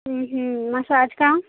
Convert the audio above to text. massage का